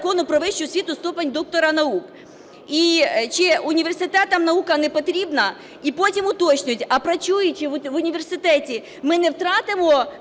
Закону "Про вищу освіту" ступінь доктора наук і чи університетам наука не потрібна. І потім уточнюють: а працюючи в університеті, ми не втратимо